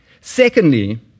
Secondly